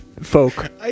folk